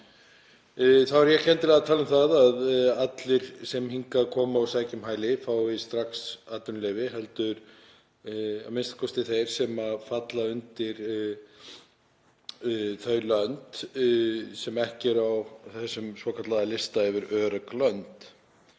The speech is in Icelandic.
Þá er ég ekki endilega að tala um að allir sem hingað koma og sækja um hæli fái strax atvinnuleyfi heldur a.m.k. þeir sem falla undir þau lönd sem ekki eru á þessum svokallaða lista yfir örugg lönd.